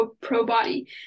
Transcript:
pro-body